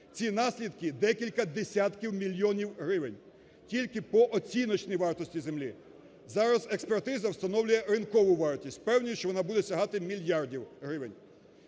Ці наслідки декілька десятків мільйонів гривень, тільки по оціночній вартості землі. Зараз експертиза встановлює ринкову вартість. Впевнений, що вона буде сягати мільярдів гривень.